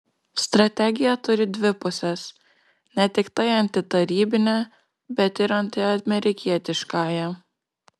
strategija turi dvi puses ne tiktai antitarybinę bet ir antiamerikietiškąją